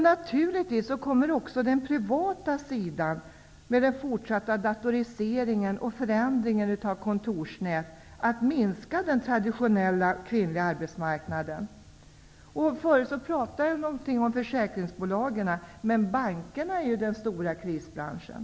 Naturligtvis kommer man också på den privata sidan, med fortsatt datorisering och förändrat kontorsnät, att minska den traditionella arbetsmarknaden för kvinnor. Jag talade tidigare om försäkringsbolagen, men bankerna är ju den stora krisbranschen.